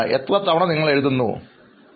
എത്ര തവണ നിങ്ങൾ എഴുതുന്നു എന്ന് നിങ്ങൾ കരുതുന്നു